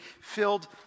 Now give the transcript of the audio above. filled